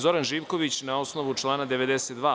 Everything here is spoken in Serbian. Zoran Živković, na osnovu člana 92.